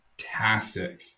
Fantastic